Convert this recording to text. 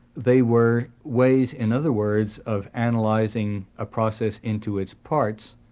they were ways, in other words, of and analysing a process into its parts,